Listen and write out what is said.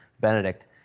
Benedict